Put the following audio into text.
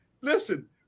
Listen